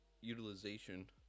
utilization